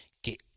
Que